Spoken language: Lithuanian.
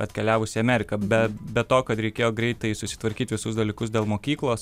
atkeliavus į amerika be be to kad reikėjo greitai susitvarkyti visus dalykus dėl mokyklos